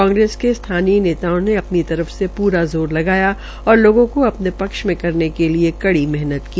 कांग्रेस के स्थानीय नेताओं ने अपनी तरफ से पूरा जात लगाया और लगों का अपने पक्ष में करने के लिए कड़ी मेहनत की